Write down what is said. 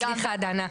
סליחה דנה.